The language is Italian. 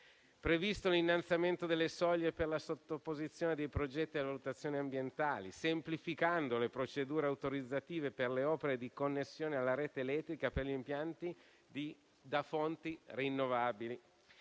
previsto un innalzamento delle soglie per la sottoposizione dei progetti a valutazione ambientale, semplificando le procedure autorizzative per le opere di connessione alla rete elettrica per gli impianti da fonti rinnovabili.